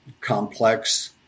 complex